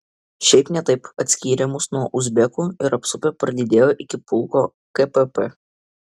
šiaip ne taip atskyrė mus nuo uzbekų ir apsupę parlydėjo iki pulko kpp